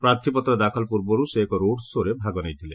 ପ୍ରାର୍ଥୀପତ୍ର ଦାଖଲ ପୂର୍ବରୁ ସେ ଏକ ରୋଡ୍ ଶୋ'ରେ ଭାଗ ନେଇଥିଲେ